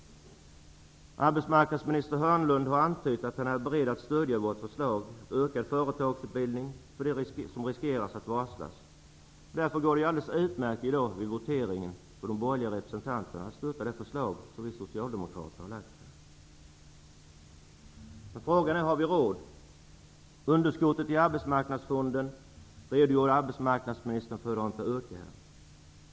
Arbetsmarknadsminister Hörnlund har antytt att han är beredd att stödja våra förslag till ökad företagsutbildning för dem som löper risk att varslas. Därför går det alldeles utmärkt att göra detta redan i dag vid voteringen, om de borgerliga representanterna stöttar det förslag som vi socialdemokrater har lagt fram. Men frågan är: Har vi råd? Arbetsmarknadsministern redogjorde för hur underskottet i arbetsmarknadsfonden ökar.